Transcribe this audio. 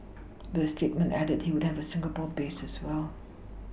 but the statement added he would have a Singapore base as well